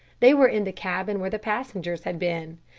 they were in the cabin where the passengers had been.